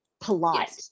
polite